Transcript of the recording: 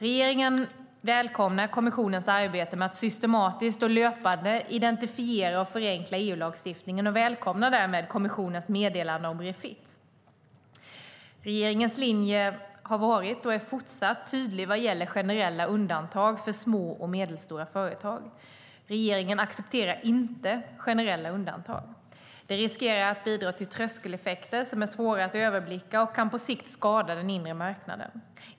Regeringen välkomnar kommissionens arbete med att systematiskt och löpande identifiera och förenkla EU-lagstiftningen och välkomnar därmed även kommissionens meddelande om Refit. Regeringens linje har varit och är fortsatt tydlig vad gäller generella undantag för små och medelstora företag. Regeringen accepterar inte generella undantag. Det riskerar att bidra till tröskeleffekter som är svåra att överblicka och kan på sikt skada den inre marknaden.